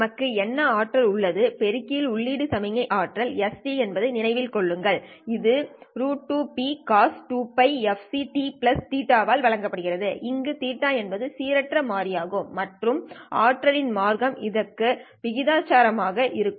நமக்கு என்ன ஆற்றல் உள்ளது பெருக்கியின் உள்ளீடு சமிக்ஞை ஆற்றல் S என்பதை நினைவில் கொள்ளுங்கள் இது √Cos 2Πfc t θ ஆல் வழங்கப்படுகிறது அங்கு θ ஒரு சீரற்ற மாறி ஆகும் மற்றும் ஆற்றலின் மார்க்கம் இதற்கு விகிதாசாரமாக இருக்கும்